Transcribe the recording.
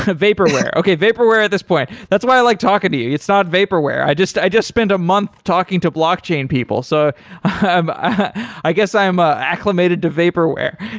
vaporware. okay, vaporware at this point. that's why i like talking to you. it's not vaporware. i just i just spent a month talking to blockchain people. so i guess i am ah acclimated to vaporware.